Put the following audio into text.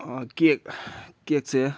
cake ꯀꯦꯛꯁꯦ